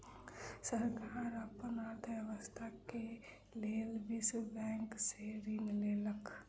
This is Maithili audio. सरकार अपन अर्थव्यवस्था के लेल विश्व बैंक से ऋण लेलक